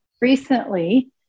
recently